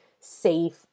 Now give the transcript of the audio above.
safe